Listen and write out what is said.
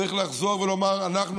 צריך לחזור ולומר: 1. אנחנו,